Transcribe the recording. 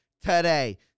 today